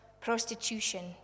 prostitution